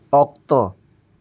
ᱚᱠᱛᱚ